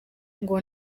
ngo